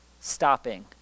stopping